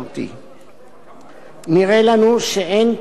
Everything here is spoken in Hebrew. נראה לנו שאין צורך בהצעת החוק,